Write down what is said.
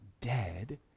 dead